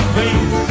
Please